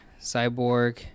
cyborg